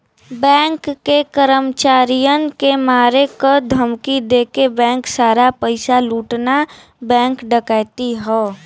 bank के कर्मचारियन के मारे क धमकी देके बैंक सारा पइसा लूटना बैंक डकैती हौ